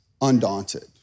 undaunted